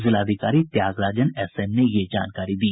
जिलाधिकारी त्यागराजन एसएम ने यह जानकारी दी